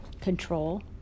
control